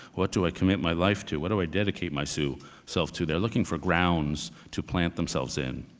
what do i commit my life to? what do i dedicate my so self to? they're looking for grounds to plant themselves in,